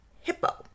hippo